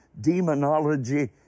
demonology